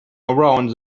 around